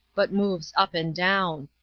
but moves up and down.